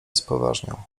spoważniał